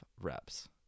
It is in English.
reps